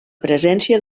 presència